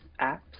apps